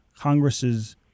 Congress's